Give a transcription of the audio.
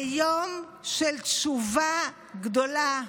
זה יום של תשובה גדולה.